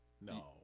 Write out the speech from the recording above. No